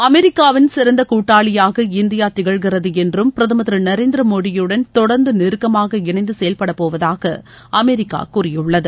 அமெரிக்காவின் சிறந்த கூட்டாளியாக இந்தியா திகழ்கிறது என்றும் பிரதமர் திரு நரேந்திர மோடியுடன் தொடர்ந்து நெருக்கமாக இணைந்து செயல்படப் போவதாக அமெரிக்கா கூறியுள்ளது